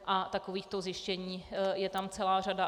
A takových zjištění je tam celá řada.